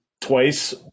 twice